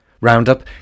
Roundup